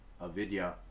avidya